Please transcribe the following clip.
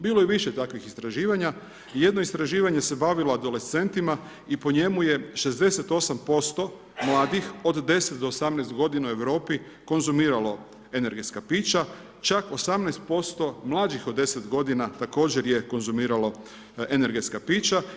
Bilo je više takvih istraživanja i jedno istraživanje se bavilo adolescentima i po njemu je 68% mladih od 10 do 18 godina u Europi konzumiralo energetska pića, čak 18% mlađih od 10 godina također je konzumiralo energetska pića.